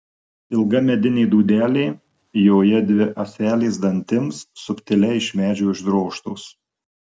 ilga medinė dūdelė joje dvi ąselės dantims subtiliai iš medžio išdrožtos